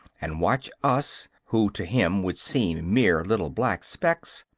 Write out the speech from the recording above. and watch us, who to him would seem mere little black specks,